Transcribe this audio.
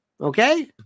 okay